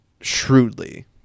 shrewdly